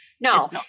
No